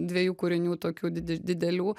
dviejų kūrinių tokių didež didelių